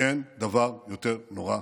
אין דבר יותר נורא.